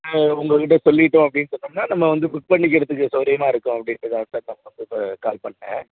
உங்கக்கிட் சொல்லிட்டோம் அப்படின்னு சொன்னோம்னா நம்ம வந்து புக் பண்ணிக்கறத்துக்கு சௌரியமா இருக்கும் அப்படின்ட்டு தான் சார் நான் உங்களுக்கு கால் பண்ணிணேன்